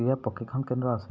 ক্ৰীড়া প্ৰশিক্ষণ কেন্দ্ৰ আছে